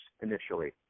initially